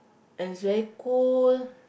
and it's very cool